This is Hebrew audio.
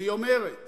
היא אומרת